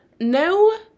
no